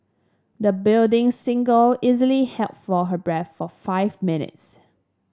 the budding singer easily held for her breath for five minutes